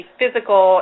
physical